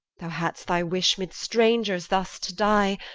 thou hadst thy wish mid strangers thus to die,